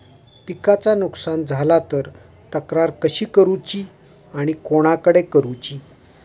पिकाचा नुकसान झाला तर तक्रार कशी करूची आणि कोणाकडे करुची?